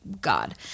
God